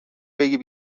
بگیر